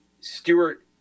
Stewart